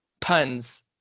puns